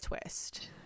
twist